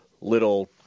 little